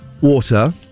water